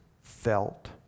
felt